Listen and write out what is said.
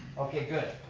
okay, good.